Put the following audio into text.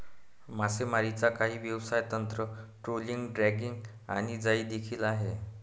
मासेमारीची काही व्यवसाय तंत्र, ट्रोलिंग, ड्रॅगिंग आणि जाळी देखील आहे